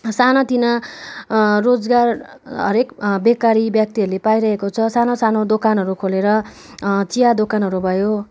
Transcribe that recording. साना तिना रोजगार हरेक बेकारी व्यक्तिहरूले पाइरहेको छ सानो सानो दोकानहरू खोलेर चिया दोकानहरू भयो